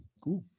cool.